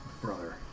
Brother